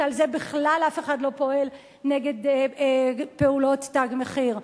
שעל זה בכלל אף אחד לא פועל נגד פעולות "תג מחיר",